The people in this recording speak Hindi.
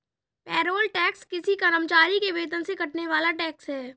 पेरोल टैक्स किसी कर्मचारी के वेतन से कटने वाला टैक्स है